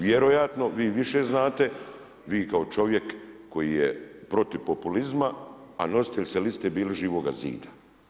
Vjerojatno vi više znate, vi kao čovjek koji je protiv populizma, a nositelj ste liste bili Živoga zida.